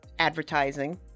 advertising